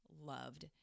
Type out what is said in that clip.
loved